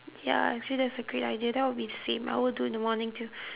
ya actually that's a great idea that will be the same I will do in the morning too